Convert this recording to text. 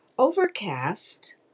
Overcast